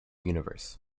universe